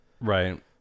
right